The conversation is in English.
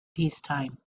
peacetime